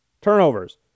turnovers